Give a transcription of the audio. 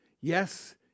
yes